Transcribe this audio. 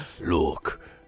look